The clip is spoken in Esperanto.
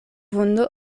vundo